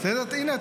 הינה,